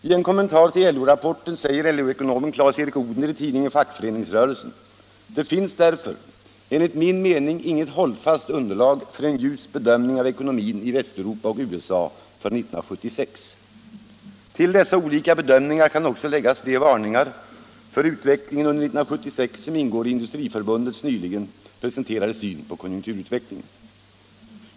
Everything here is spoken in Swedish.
I en kommentar till LO-rapporten säger LO-ekonomen Clas-Erik Odhner i tidningen Fackföreningsrörelsen: ”Det finns därför, enligt min mening, inget hållfast underlag för en "ljus bedömning av ekonomin i Västeuropa och USA för 1976.” Till dessa olika bedömningar kan också läggas de varningar för utvecklingen under 1976 som ingår i Industriförbundets nyligen presenterade syn på konjunkturutvecklingen.